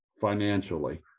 financially